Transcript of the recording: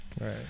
Right